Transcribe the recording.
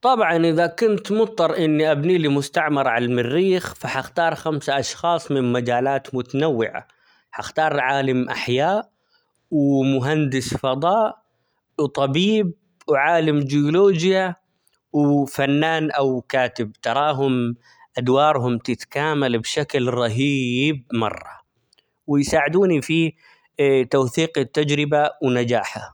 طبعا إذا كنت مضطر إني أبني لي مستعمرة عالمريخ ،فهختار خمسة أشخاص من مجالات متنوعة ،هختار عالم أحياء ،ومهندس فضاء ،وطبيب ،وعالم جيولوجيا ،وفنان ،أو كاتب تراهم أدوارهم تتكامل بشكل رهيب مرة ، ويساعدوني في توثيق التجربة ونجاحها.